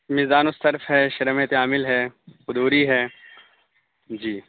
میزان الصرف ہے شرح ماۃ عامل ہے قدوری ہے جی